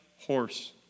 horse